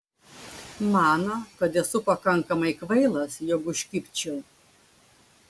mano kad esu pakankamai kvailas jog užkibčiau